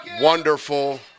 wonderful